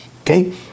Okay